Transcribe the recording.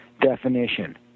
definition